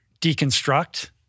deconstruct